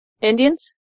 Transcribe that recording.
Indians